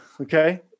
okay